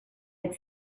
had